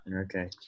Okay